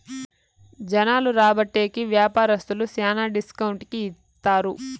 జనాలు రాబట్టే కి వ్యాపారస్తులు శ్యానా డిస్కౌంట్ కి ఇత్తారు